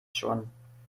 schon